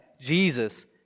Jesus